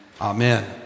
amen